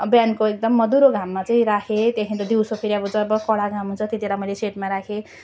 बिहानको एकदम मधुरो घाममा चाहिँ राखेँ त्यहाँदेखि त दिउँसो फेरि अब जब कडा घाम हुन्छ त्यति बेला मैले सेडमा राखेँ